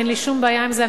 אין לי שום בעיה עם זה,